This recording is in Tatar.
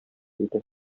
иде